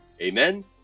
Amen